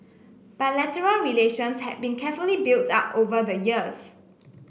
bilateral relations had been carefully built up over the years